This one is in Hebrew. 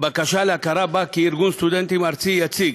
בקשה להכרה בה כארגון סטודנטים ארצי יציג,